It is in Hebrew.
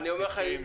אני אומר לך,